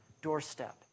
doorstep